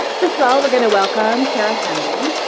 first of all we're going to welcome tara henley,